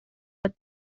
what